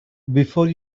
before